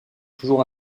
toujours